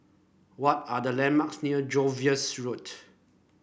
what are the landmarks near Jervois Road